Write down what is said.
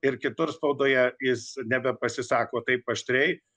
ir kitur spaudoje jis nebepasisako taip aštriai